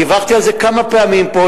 דיווחתי על זה כמה פעמים פה.